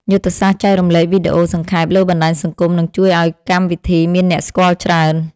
យុទ្ធសាស្ត្រចែករំលែកវីដេអូសង្ខេបលើបណ្ដាញសង្គមនឹងជួយឱ្យកម្មវិធីមានអ្នកស្គាល់ច្រើន។